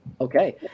Okay